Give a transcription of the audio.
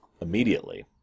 immediately